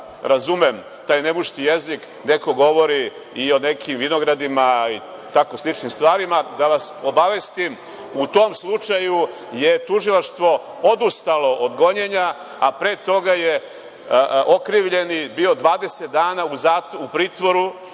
razumem taj nemušti jezik, neko govori i o nekim vinogradima i tako sličnim stvarima. Da vas obavestim u tom slučaju je tužilaštvo odustalo od gonjenja, a pre toga je okrivljeni bio 20 dana u pritvoru